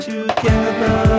Together